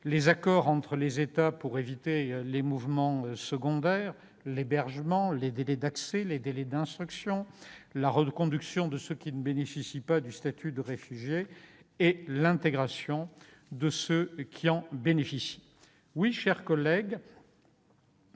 les accords entre États pour éviter les mouvements secondaires, l'hébergement, les délais d'accès, les délais d'instruction, la reconduction de ceux qui ne bénéficient pas du statut de réfugié et l'intégration de ceux qui en bénéficient. Oui, mes chers collègues,